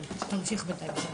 כן, תמשיך בינתיים.